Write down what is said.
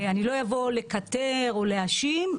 אני לא אבוא לקטר או להאשים.